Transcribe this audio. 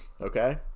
okay